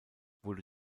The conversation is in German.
wurde